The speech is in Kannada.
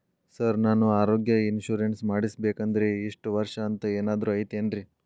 ಸರ್ ನಾನು ಆರೋಗ್ಯ ಇನ್ಶೂರೆನ್ಸ್ ಮಾಡಿಸ್ಬೇಕಂದ್ರೆ ಇಷ್ಟ ವರ್ಷ ಅಂಥ ಏನಾದ್ರು ಐತೇನ್ರೇ?